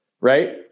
right